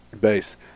Base